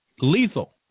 lethal